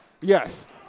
yes